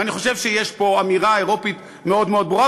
אני חושב שיש פה אמירה אירופית מאוד מאוד ברורה,